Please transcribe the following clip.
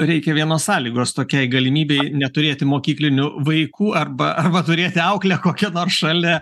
reikia vienos sąlygos tokiai galimybei neturėti mokyklinių vaikų arba arba turėti auklę kokią nors šalia